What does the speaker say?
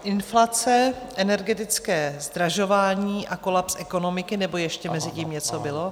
Inflace, energetické zdražování a kolaps ekonomiky nebo ještě mezi tím něco bylo?